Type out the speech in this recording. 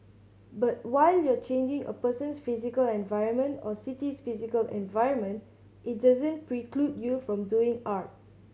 but while you are changing a person's physical environment or city's physical environment it doesn't preclude you from doing art